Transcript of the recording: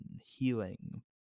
healing